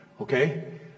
okay